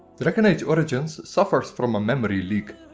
dragon age origins suffers from a memory leak,